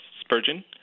Spurgeon